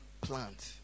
plant